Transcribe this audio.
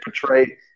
portray